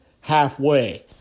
Halfway